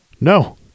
No